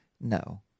No